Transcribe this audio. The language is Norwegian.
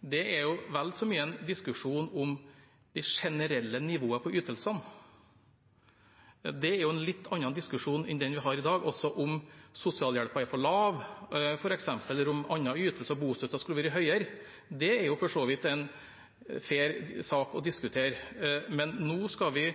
er vel så mye en diskusjon om det generelle nivået på ytelsene. Det er en litt annen diskusjon enn den vi har i dag. Om sosialhjelpen er for lav, f.eks., eller om andre ytelser og bostøtten skulle ha vært høyere, er for så vidt en fair sak å diskutere. Men denne